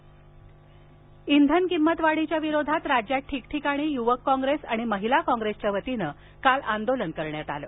डुंधन दरवाढ इंधन किमतवाढीच्या विरोधात राज्यात ठिकठिकाणी युवक काँप्रेस आणि महिला काँग्रेसच्या वतीनं काल आंदोलन करण्यात आलं